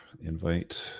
invite